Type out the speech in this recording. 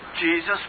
Jesus